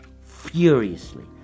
furiously